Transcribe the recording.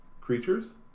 creatures